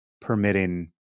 permitting